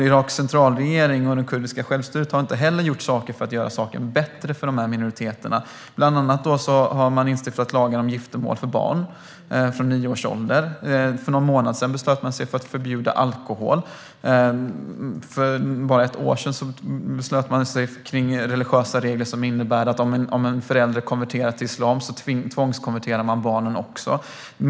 Iraks centralregering och det kurdiska självstyret har heller inte gjort något för att göra saken bättre för de här minoriteterna. Bland annat har man stiftat lagar om giftermål för barn från nio års ålder. För någon månad sedan beslöt man sig för att förbjuda alkohol. För bara ett år sedan beslutade man om religiösa regler som innebär att om en förälder konverterar till islam tvångskonverteras också barnen.